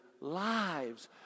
lives